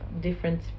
different